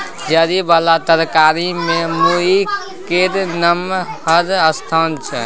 जरि बला तरकारी मे मूरइ केर नमहर स्थान छै